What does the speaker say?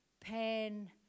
pan